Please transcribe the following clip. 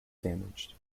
damaged